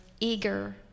eager